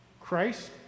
Christ